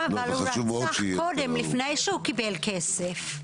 אבל הוא רצח קודם, לפני שהוא קיבל כסף.